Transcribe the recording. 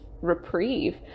reprieve